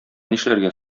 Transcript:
нишләргә